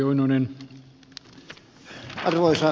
arvoisa puhemies